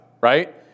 right